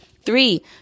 Three